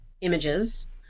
images